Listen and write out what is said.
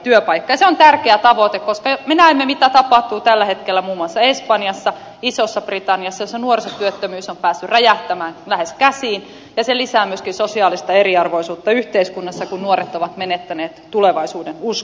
se on tärkeä tavoite koska me näemme mitä tapahtuu tällä hetkellä muun muassa espanjassa isossa britanniassa missä nuorisotyöttömyys on päässyt räjähtämään lähes käsiin ja se lisää myöskin sosiaalista eriarvoisuutta yhteiskunnassa kun nuoret ovat menettäneet tulevaisuudenuskonsa